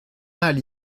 mal